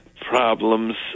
problems